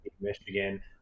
Michigan